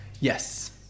Yes